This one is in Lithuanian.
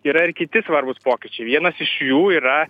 yra ir kiti svarbūs pokyčiai vienas iš jų yra